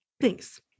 Thanks